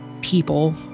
people